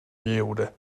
lliure